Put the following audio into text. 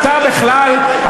אתה בכלל,